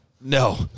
No